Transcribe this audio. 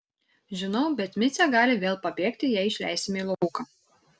žinau bet micė gali vėl pabėgti jei išleisime į lauką